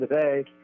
today